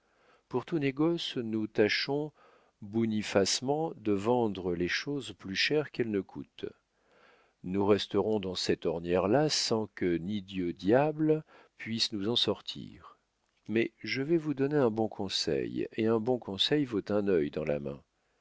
pour tout négoce nous tâchons bonifacement de vendre les choses plus cher qu'elles ne coûtent nous resterons dans cette ornière là sans que ni dieu ni diable puisse nous en sortir mais je vais vous donner un bon conseil et un bon conseil vaut un œil dans la main